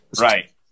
Right